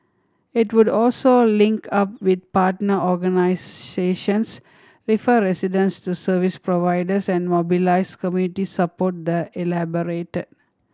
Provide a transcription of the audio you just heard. it would also link up with partner organisations refer residents to service providers and mobilise community support the elaborated